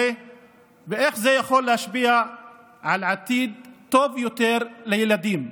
ועל איך זה יכול להשפיע על עתיד טוב יותר לילדים.